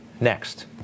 next